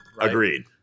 agreed